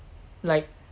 like